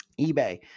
eBay